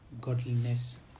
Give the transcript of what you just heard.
godliness